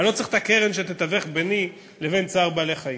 אני לא צריך את הקרן שתתווך ביני לבין "צער בעלי-חיים",